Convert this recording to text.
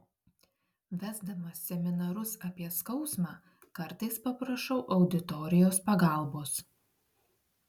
vesdamas seminarus apie skausmą kartais paprašau auditorijos pagalbos